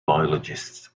biologists